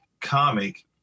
comic